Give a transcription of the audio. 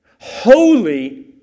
holy